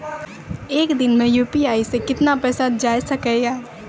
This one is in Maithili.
एक दिन मे यु.पी.आई से कितना पैसा जाय सके या?